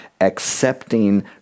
accepting